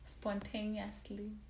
Spontaneously